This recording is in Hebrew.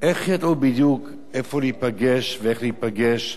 איך ידעו בדיוק איפה להיפגש ואיך להיפגש,